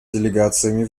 делегациями